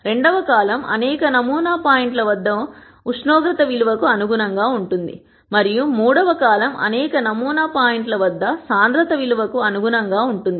రెండవ కాలమ్ అనేక నమూనా పాయింట్ల వద్ద ఉష్ణోగ్రత విలువ కు అనుగుణంగా ఉంటుంది మరియు మూడవ కాలమ్ అనేక నమూనా పాయింట్ల వద్ద సాంద్రత విలువ కు అనుగుణంగా ఉంటుంది